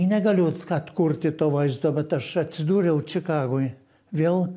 negaliu atkurti to vaizdo bet aš atsidūriau čikagoj vėl